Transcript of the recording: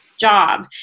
job